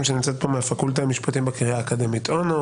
שנמצאת פה מהפקולטה למשפטים בקריה האקדמית אונו.